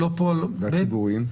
והציבוריים?